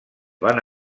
van